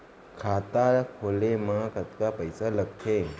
खाता खोले मा कतका पइसा लागथे?